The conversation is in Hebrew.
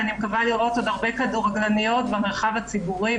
ואני מקווה לראות עוד הרבה כדורגלניות במרחב הציבורי,